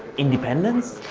independence?